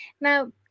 Now